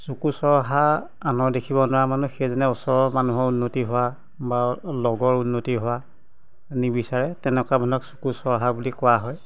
চকু চৰহা আনৰ দেখিব নোৱাৰা মানুহ সেইজনে ওচৰৰ মানুহৰ উন্নতি হোৱা বা লগৰ উন্নতি হোৱা নিবিচাৰে তেনেকুৱা মানুহক চকু চৰহা বুলি কোৱা হয়